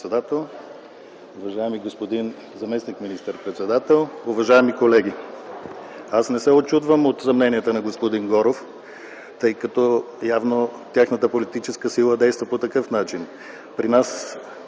уважаеми господин заместник министър-председател, уважаеми колеги! Аз не се учудвам от съмненията на господин Горов, тъй като явно тяхната политическа сила действа по такъв начин.